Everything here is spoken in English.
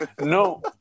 No